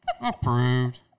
Approved